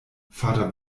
vater